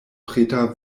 preta